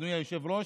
אדוני היושב-ראש,